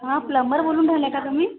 हा प्लम्बर बोलून राहिले का तुम्ही